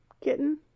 kitten